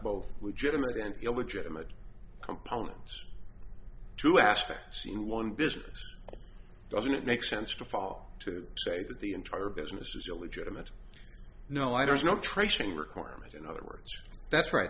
both legitimate and illegitimate components to aspect seen one business doesn't it make sense to fall to say that the entire business is illegitimate no i don't know tracing requirements in other words that's right